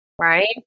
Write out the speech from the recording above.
right